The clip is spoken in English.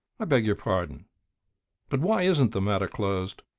i beg your pardon but why isn't the matter closed?